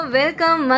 welcome